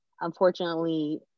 Unfortunately